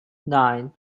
nine